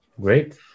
Great